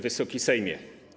Wysoki Sejmie!